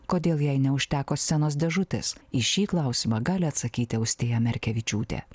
kodėl jai neužteko scenos dėžutės į šį klausimą gali atsakyti austėja merkevičiūtė